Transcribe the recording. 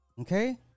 Okay